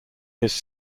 his